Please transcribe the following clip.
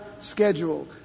schedule